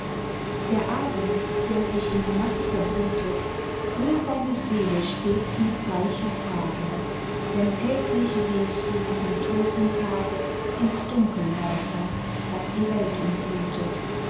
der abend der sich in die nacht verblutet rührt deine seele stets mit gleicher frage denn täglich wehst du mit dem toten tage ins dunkel weiter das die welt umflutet